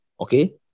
okay